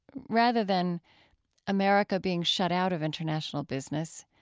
rather than america being shut out of international business,